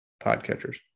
podcatchers